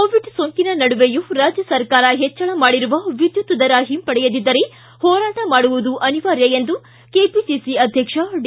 corona ಸೋಂಕಿನ ನಡುವೆಯೂ ರಾಜ್ಯ ಸರ್ಕಾರ ಹೆಚ್ವಳ ಮಾಡಿರುವ ವಿದ್ಯುತ್ ದರ ಹಿಂಪಡೆಯದಿದ್ದರೆ ಹೋರಾಟ ಮಾಡುವುದು ಅನಿವಾರ್ಯ ಎಂದು ಕೆಪಿಸಿಸಿ ಅಧ್ಯಕ್ಷ ಡಿ